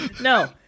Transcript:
No